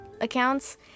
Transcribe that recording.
accounts